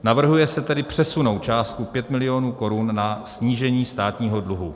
Navrhuje se tedy přesunout částku 5 milionů korun na snížení státního dluhu.